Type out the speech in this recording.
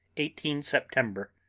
eighteen september.